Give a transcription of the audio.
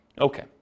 Okay